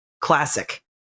Classic